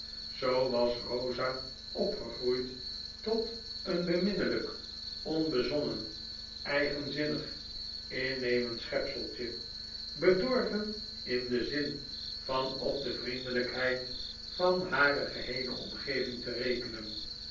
zoo was eosa opgegroeid tot een beminnelyk onbezonnen eigenzmnig innemend schepseltje bedorven in den zin van op de vriendelykheid van hare geheele omgeving te rekenen